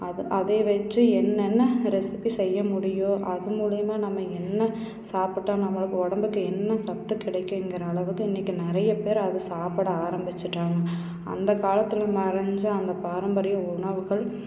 அது அதை வச்சி என்னென்ன ரெசிபி செய்ய முடியும் அது மூலிமா நம்ம என்ன சாப்பிட்டா நம்மளுக்கு உடம்புக்கு என்ன சத்து கிடைக்குங்கிற அளவுக்கு இன்றைக்கி நிறைய பேர் அதை சாப்பிட ஆரம்பித்துட்டாங்க அந்த காலத்தில் மறைஞ்ச அந்த பாரம்பரிய உணவுகள்